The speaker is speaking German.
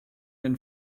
den